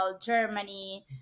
Germany